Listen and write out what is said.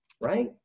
right